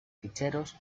ficheros